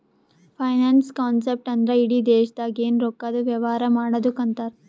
finance concept ಅಂದ್ರ ಇಡಿ ದೇಶ್ದಾಗ್ ಎನ್ ರೊಕ್ಕಾದು ವ್ಯವಾರ ಮಾಡದ್ದುಕ್ ಅಂತಾರ್